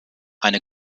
eine